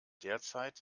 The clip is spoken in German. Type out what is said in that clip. derzeit